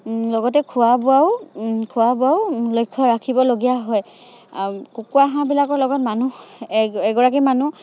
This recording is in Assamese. লগতে খোৱা বোৱাও খোৱা বোৱাও লক্ষ্য ৰাখিবলগীয়া হয় কুকুৰা হাঁহবিলাকৰ লগত মানুহ এ এগৰাকী মানুহ